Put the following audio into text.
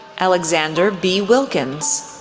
alexander b. wilkins,